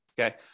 Okay